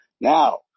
Now